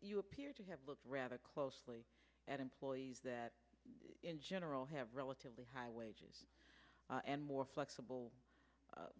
you appear to have looked rather closely at employees that in general have relatively high wages more flexible